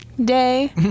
day